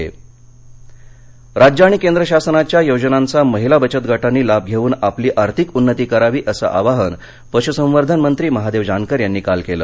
जानकर सातारा राज्य आणि केंद्र शासनाच्या योजनांचा महिला बचत गटांनी लाभ घेऊन आपली आर्थिक उन्नती करावी असं आवाहन पशुसंवर्धन मंत्री महादेव जानकर यांनी काल केलं